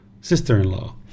sister-in-law